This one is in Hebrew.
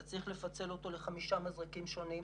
אתה צריך לפצל אותו לחמישה מזרקים שונים.